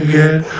get